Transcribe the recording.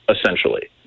essentially